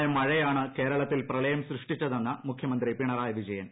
സംസ്ഥാനത്തെ മഴയാണ് കേരളത്തിൽ പ്രളയം സൃഷ്ടിച്ചതെന്ന് മുഖ്യമന്ത്രി പിണറായി വിജയൻ